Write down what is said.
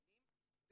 גנים,